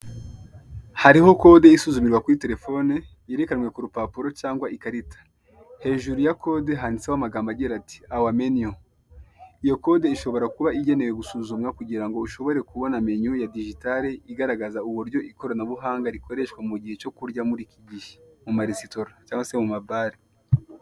Hariho kode isuzumirwa kuri telefoni yerekanwe ku rupapuro cyangwa ikarita. Hejuru ya kode handitseho amagambo agira ati " awa meniyu". Iyo kode ishobora kuba igenewe gusuzumwa kugira ngo ushobore kubona meniyu ya dijitare igaragaza uburyo ikorabuhanga rikoreshwa mu gihe cyo kurya muri iki gihe, mu maresitora cyangwa se mu mabare.